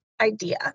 IDEA